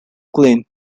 glen